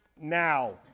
now